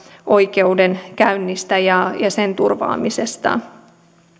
oikeudenkäynnistä ja sen turvaamisesta